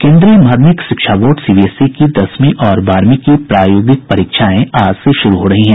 केन्द्रीय माध्यमिक शिक्षा बोर्ड सीबीएसई की दसवीं और बारहवीं की प्रायोगिक परीक्षाएं आज से शुरू हो रही हैं